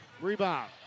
Rebound